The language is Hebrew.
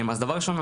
אז דבר ראשון,